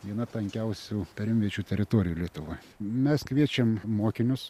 viena tankiausių perimviečių teritorijų lietuvoj mes kviečiam mokinius